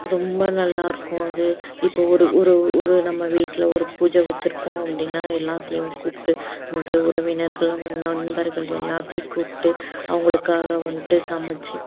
ரொம்ப நல்லாயிருக்கும் அது இப்போ ஒரு ஒரு ஒரு நம்ம வீட்டில ஒரு பூஜை வச்சிருக்கோம் அப்படின்னா எல்லாத்தையும் கூப்பிட்டு நம்முடைய உறவினர்கள் நம்ம நண்பர்கள் எல்லாத்தையும் கூப்பிட்டு அவங்களுக்காக வந்துட்டு சமைச்சி